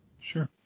Sure